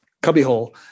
cubbyhole